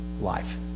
life